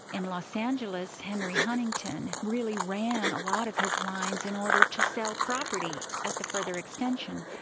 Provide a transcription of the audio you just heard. in los angeles, henry huntington really ran a lot of his lines in order to sell property at the further extension,